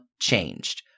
changed